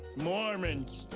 mormons.